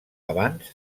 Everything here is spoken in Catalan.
abans